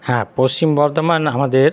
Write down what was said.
হ্যাঁ পশ্চিম বর্ধমান আমাদের